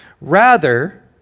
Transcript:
Rather